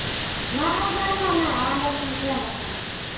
نہ حظ نہ نہ نہ وۅنٛدس چھُنہٕ کیٚنٛہہ گژھان یِمن